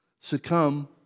succumb